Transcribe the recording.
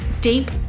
deep